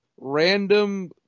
random